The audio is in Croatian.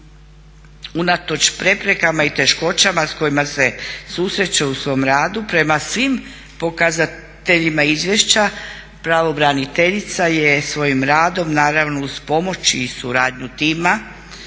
Unatoč preprekama i teškoćama s kojima se susreće u svom radu prema svim pokazateljima izvješća pravobraniteljica je svojim radom, naravno uz pomoć i suradnju tima